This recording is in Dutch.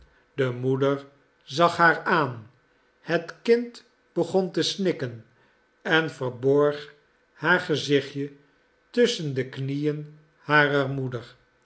de moeder zag haar aan het kind begon te snikken en verborg haar gezichtje tusschen de knieën harer moeder